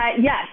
yes